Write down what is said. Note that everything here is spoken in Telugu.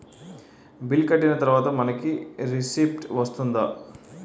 బిల్ కట్టిన తర్వాత మనకి రిసీప్ట్ వస్తుందా?